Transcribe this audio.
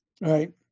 Right